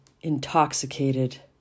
intoxicated